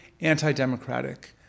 anti-democratic